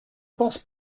pense